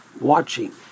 watching